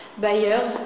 buyers